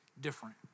different